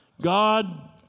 God